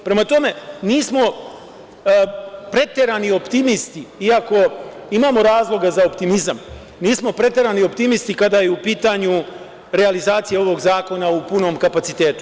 Prema tome, nismo preterani optimisti, i ako imamo razloga za optimizam, nismo preterano optimisti kada je u pitanju realizacija ovog zakona, u punom kapacitetu.